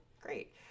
Great